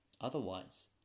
Otherwise